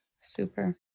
Super